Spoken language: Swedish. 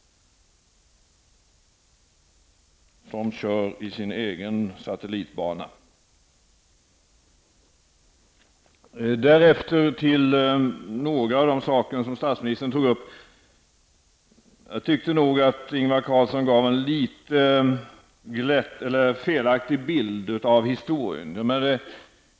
De kör i sin egen satellitbana. Jag vill sedan beröra något av det som statsministern tog upp. Jag tyckte nog att Ingvar Carlsson gav en felaktig bild av historien.